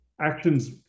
actions